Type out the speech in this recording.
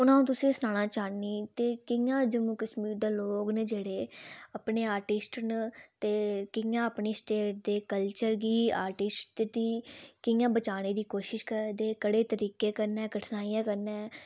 हून अ'ऊं तुसें सनाना चाह्नी ते कि'यां जम्मू कश्मीर दे लोक ने जेह्ड़े अपने आर्टिस्ट न ते कि'यां अपने स्टेट दे कल्चर गी आर्टिस्ट दी कि'यां बचाने दी कोशिश करै दे केह्ड़े तरीके कन्नै कठनाइयें कन्नै